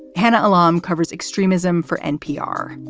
hannah alarm covers extremism for npr